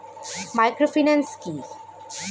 Microfinance কি?